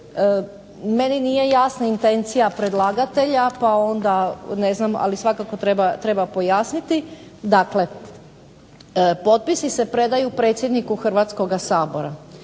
Meni nije jasna intencija predlagatelja, pa onda ne znam, ali svakako treba pojasniti, dakle potpisi se predaju predsjedniku Hrvatskoga sabora.